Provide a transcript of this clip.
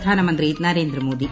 പ്രധാനമന്ത്രി നരേന്ദ്രമോദി